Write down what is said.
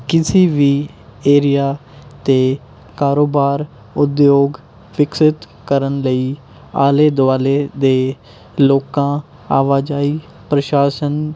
ਕਿਸੇ ਵੀ ਏਰੀਆ ਅਤੇ ਕਾਰੋਬਾਰ ਉਦਯੋਗ ਵਿਕਸਿਤ ਕਰਨ ਲਈ ਆਲੇ ਦੁਆਲੇ ਦੇ ਲੋਕਾਂ ਆਵਾਜਾਈ ਪ੍ਰਸ਼ਾਸਨ